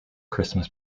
christmas